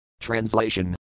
Translation